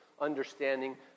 understanding